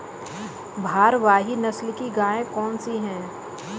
भारवाही नस्ल की गायें कौन सी हैं?